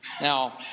Now